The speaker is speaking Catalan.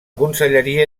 conselleria